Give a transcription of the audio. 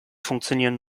funktionieren